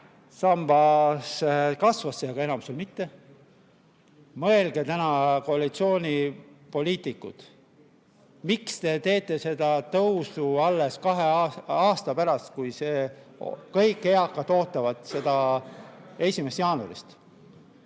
kasvas, aga enamikul mitte. Mõelge täna, koalitsioonipoliitikud, miks te teete selle tõusu alles kahe aasta pärast, kui kõik eakad ootavad seda 1. jaanuarist.